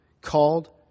Called